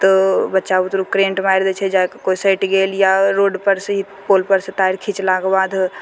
तऽ बच्चा बुतरुक करेन्ट मारि दै छै जा कऽ कोइ सटि गेल या रोडपर सँ ही पोलपर सँ तार खिचलाके बाद